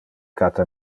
cata